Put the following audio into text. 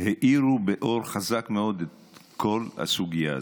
האירו באור חזק מאוד את כל הסוגיה הזאת.